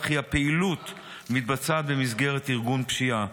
וכי הפעילות מתבצעת במסגרת ארגון פשיעה.